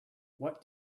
what